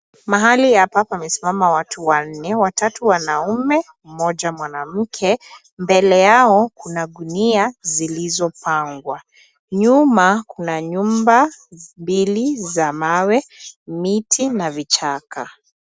Mahali hapa pamesimama watu wanne, watatu wanaume, mmoja mwanamke. Mbele yao kuna gunia zilizopangwa. Nyuma kuna nyumba mbili za mawe, miti na vichaka.